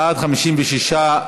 בעד, 56,